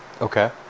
Okay